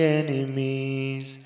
enemies